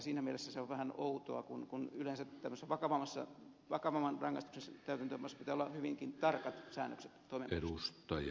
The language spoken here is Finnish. siinä mielessä se on vähän outoa kun yleensä tämmöisessä vakavamman rangaistuksen täytäntöönpanossa pitää olla hyvinkin tarkat säännökset toimeenpanosta